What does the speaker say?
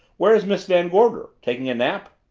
where is miss van gorder taking a nap?